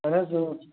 اَہَن حظ